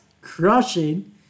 crushing